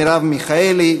מרב מיכאלי,